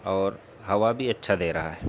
اور ہوا بھی اچھا دے رہا ہے